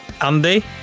Andy